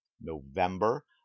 November